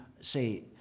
say